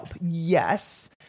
Yes